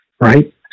right